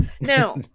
Now